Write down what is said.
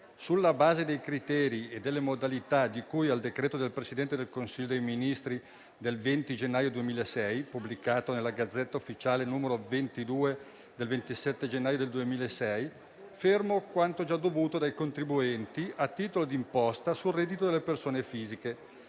sulla base dei criteri e delle modalità di cui al decreto del Presidente del Consiglio dei ministri del 20 gennaio 2006, pubblicato nella *Gazzetta Ufficiale* n. 22 del 27 gennaio 2006, fermo quanto già dovuta dai contribuenti a titolo di imposta sul reddito delle persone fisiche,